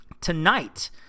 tonight